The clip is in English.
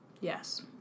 yes